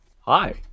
Hi